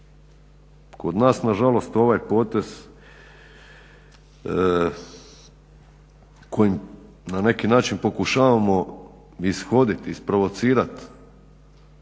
Kod nas nažalost ovaj potez kojim na neki način pokušavamo ishoditi, isprovocirati